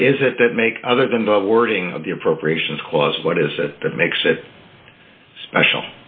what is it that makes other than the wording of the appropriations clause what is it that makes it special